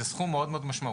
זהו סכום מאוד משמעותי,